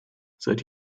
seit